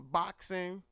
boxing